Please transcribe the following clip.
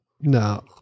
No